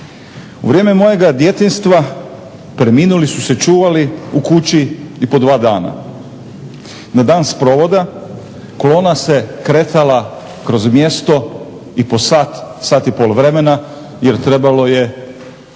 U vrijeme mojega djetinjstva preminuli su se čuvali u kući i po dva dana. Na dan sprovoda kolona se kretala kroz mjesto i sat i pol vremena jer trebalo je držati